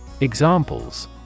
Examples